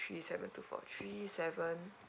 three seven two four three seven